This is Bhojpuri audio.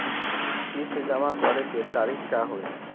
किस्त जमा करे के तारीख का होई?